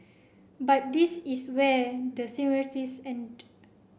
but this is where the end